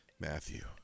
Matthew